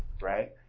right